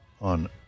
on